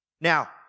Now